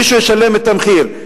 מישהו ישלם את המחיר,